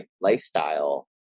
lifestyle